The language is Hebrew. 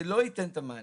זה לא ייתן את המענה.